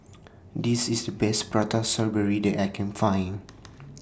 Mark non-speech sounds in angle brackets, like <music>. This IS The Best Prata Strawberry that I Can Find <noise>